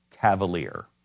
cavalier